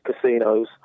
casinos